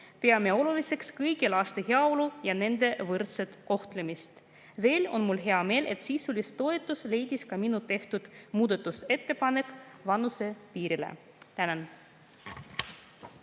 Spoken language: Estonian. Peame oluliseks kõigi laste heaolu ja nende võrdset kohtlemist. Veel on mul hea meel selle üle, et sisulist toetust leidis minu tehtud muudatusettepanek vanusepiiri kohta. Tänan!